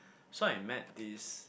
so I met this